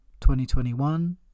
2021